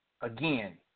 Again